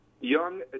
young